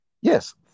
Yes